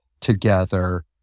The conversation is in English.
together